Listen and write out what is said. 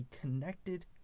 connected